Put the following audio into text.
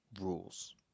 rules